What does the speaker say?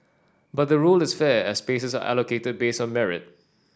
but the rule is fair as spaces are allocated based on merit